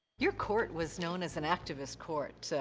your court was known as and activist court. so